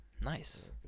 nice